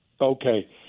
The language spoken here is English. Okay